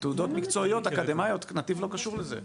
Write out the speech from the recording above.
תעודות מקצועיות, אקדמאיות, נתיב לא קשור לזה.